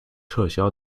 撤销